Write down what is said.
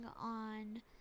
on